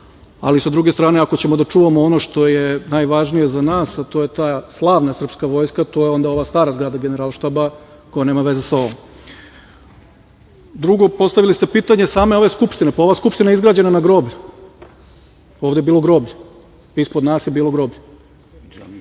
ali, s druge strane, ako ćemo da čuvamo ono što je najvažnije za nas, a to je ta slavna srpska vojska, to je onda ova stara zgrada Generalštaba koja nema veze sa ovom. Drugo, postavili ste pitanje same ove Skupštine. Pa, ova Skupština je izgrađena na groblju. Ovde je bilo groblje. Ispod nas je bilo groblje.